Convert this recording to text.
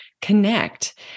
connect